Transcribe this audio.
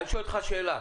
אני שואל אותך שאלה,